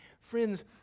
Friends